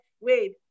wait